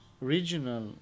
regional